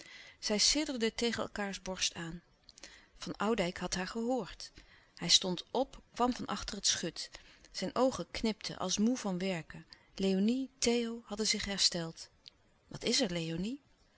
zij sidderden tegen elkaârs borst aan van oudijck had haar gehoord hij stond op kwam van achter het schut zijn oogen knipten als moê van werken léonie theo hadden zich hersteld wat is er léonie